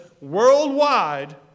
worldwide